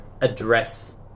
address